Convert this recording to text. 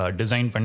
design